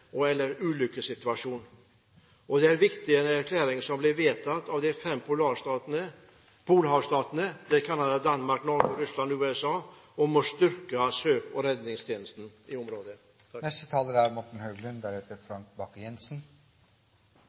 Det var en viktig erklæring som ble vedtatt av de fem polhavstatene Canada, Danmark, Norge, Russland og USA, om å styrke søke- og redningstjenesten i området.